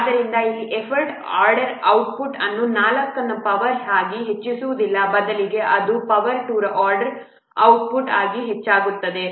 ಆದ್ದರಿಂದ ಇಲ್ಲಿ effort order ಔಟ್ಪುಟ್ಅನ್ನು 4 ನ ಪವರ್ ಆಗಿ ಹೆಚ್ಚಿಸುವುದಿಲ್ಲ ಬದಲಿಗೆ ಅದು ಪವರ್ 2 ರ ಆರ್ಡರ್ ಔಟ್ಪುಟ್ ಆಗಿ ಹೆಚ್ಚಾಗುತ್ತದೆ